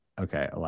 okay